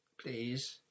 Please